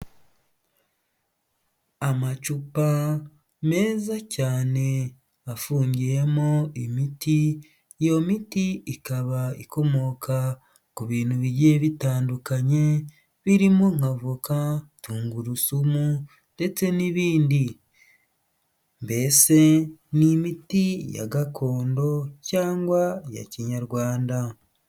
Amacupa meza cyane afungiyemo imiti, iyo miti ikaba ikomoka ku bintu bigiye bitandukanye birimo nk'avoka, tungurusumu ndetse n'ibindi. Mbese ni imiti ya gakondo cyangwa ya kinyarwanda.